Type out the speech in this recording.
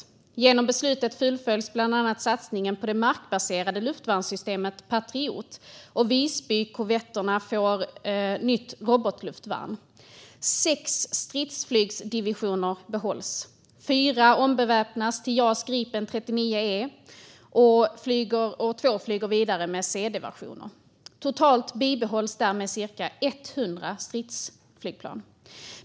Genom beslutet fullföljs bland annat satsningen på det markbaserade luftvärnssystemet Patriot, och Visbykorvetterna får nytt robotluftvärn. Sex stridsflygdivisioner behålls. Fyra ombeväpnas till Jas 39E Gripen, och två flyger vidare med C/D-versioner. Totalt behålls därmed cirka hundra stridsflygplan.